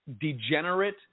degenerate